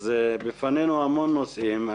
אז בפנינו המון נושאים.